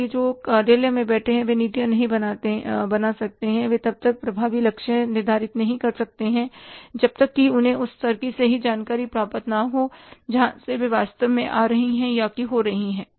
इसलिए जो लोग कार्यालय में बैठे हैं वे नीतियाँ नहीं बना सकते वे तब तक प्रभावी लक्ष्य निर्धारित नहीं कर सकते हैं जब तक कि उन्हें उस स्तर की सही जानकारी प्राप्त न हो जाए जहां से वे वास्तव में आ रही हैं या हो रही हैं